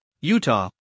Utah